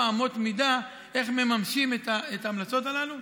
אמות מידה איך מממשים את ההמלצות הללו.